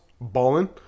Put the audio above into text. balling